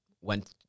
went